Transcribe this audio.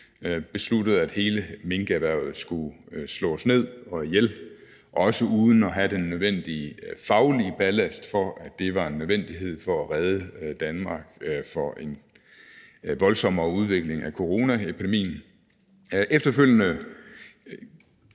besluttede, at hele minkerhvervet skulle slås ned og ihjel, også uden at have den nødvendige faglige ballast for, at det var en nødvendighed for at redde Danmark fra en voldsommere udvikling af coronaepidemien. Efterfølgende